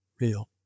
real